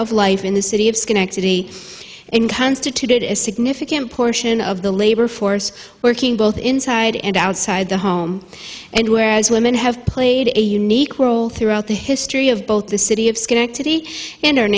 of life in the city of schenectady and constituted a significant portion of the labor force working both inside and outside the home and whereas women have played a unique role throughout the history of both the city of schenectady